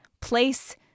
place